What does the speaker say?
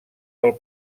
pel